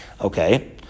Okay